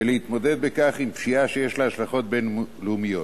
ולהתמודד בכך עם פשיעה שיש לה השלכות בין-לאומיות.